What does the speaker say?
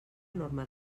norma